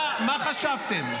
מה חשבתם,